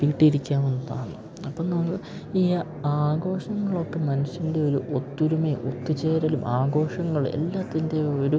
വീട്ടിലിരിക്കാവുന്നതാണ് അപ്പം നമ്മൾ ഈ ആ ആഘോഷങ്ങളൊക്ക മനുഷ്യൻ്റെ ഒരു ഒത്തൊരുമയും ഒത്തു ചേരലും ആഘോഷങ്ങൾ എല്ലാറ്റിൻ്റെ ഒരു